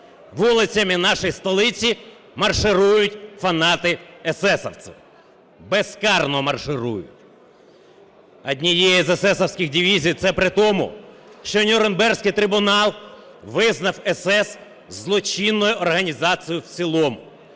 вулицями нашої столиці марширують фанати-есесівці. Безкарно марширують. Однією із СС дивізій. Це при тому, що Нюрнберзький трибунал визнав СС злочинною організацією в цілому.